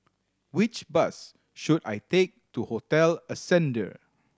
which bus should I take to Hotel Ascendere